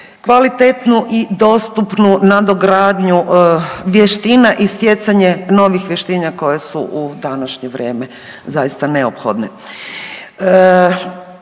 kvalitetnu i dostupnu nadogradnju vještina i stjecanje novih vještina koje su u današnje vrijeme zaista neophodne.